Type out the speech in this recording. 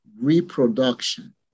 reproduction